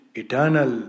eternal